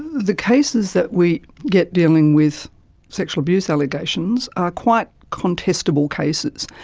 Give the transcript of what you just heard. the cases that we get dealing with sexual abuse allegations are quite contestable cases,